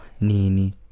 nini